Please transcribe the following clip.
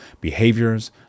behaviors